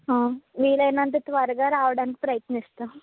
వీలైనంత త్వరగా రావడానికి ప్రయత్నిస్తాం